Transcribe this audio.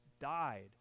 died